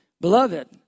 Beloved